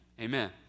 Amen